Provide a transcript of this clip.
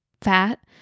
fat